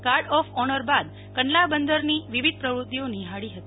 guard of honour બાદ કંડલા બંદરની વિવિધ પ્રવુતિઓ નિફાળી હતી